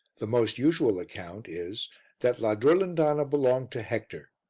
the most usual account is that la durlindana belonged to hector.